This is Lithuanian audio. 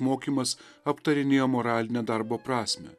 mokymas aptarinėjo moralinę darbo prasmę